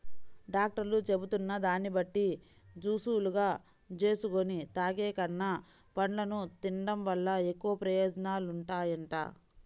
డాక్టర్లు చెబుతున్న దాన్ని బట్టి జూసులుగా జేసుకొని తాగేకన్నా, పండ్లను తిన్డం వల్ల ఎక్కువ ప్రయోజనాలుంటాయంట